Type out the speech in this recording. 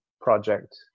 project